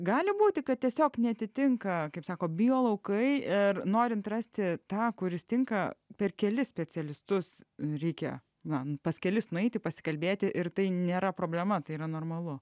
gali būti kad tiesiog neatitinka kaip sako biolaukai ir norint rasti tą kuris tinka per kelis specialistus reikia na pas kelis nueiti pasikalbėti ir tai nėra problema tai yra normalu